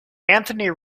anthony